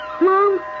Mom